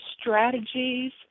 strategies